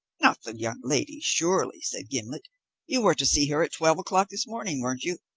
not the young lady, surely, said gimblet you were to see her at twelve o'clock this morning, weren't you?